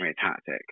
tactic